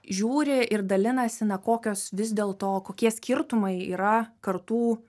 žiūri ir dalinasi na kokios vis dėlto kokie skirtumai yra kartų